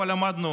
אבל עמדנו